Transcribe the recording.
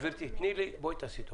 תעשי טובה.